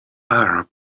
arab